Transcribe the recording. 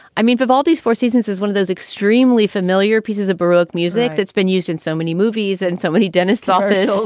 i mean, vivaldi's four seasons is one of those extremely familiar pieces of baroque music that's been used in so many movies and so many dentists office,